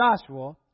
Joshua